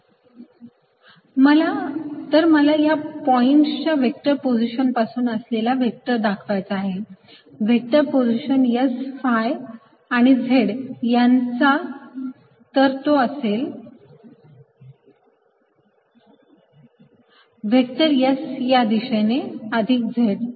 scosϕxsinϕy ϕ sinϕxcosϕy zz जर मला या पॉईंटच्या व्हेक्टर पोझिशन पासून असलेला व्हेक्टर दाखवायचा असेल S phi आणि z या पॉईंट्स चे तर तो असेल व्हेक्टर S या दिशेने अधिक Z